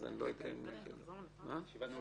תודה רבה, הישיבה נעולה.